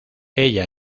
ella